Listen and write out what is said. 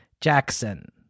Jackson